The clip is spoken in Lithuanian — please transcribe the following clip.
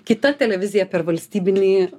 kita televizija per valstybinį